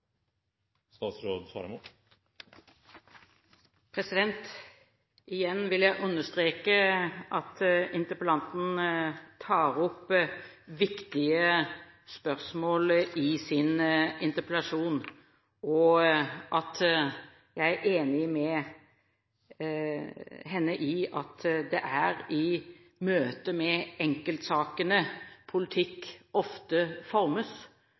Igjen vil jeg understreke at interpellanten tar opp viktige spørsmål i sin interpellasjon, og at jeg er enig med henne i at det er i møte med enkeltsakene politikk ofte formes.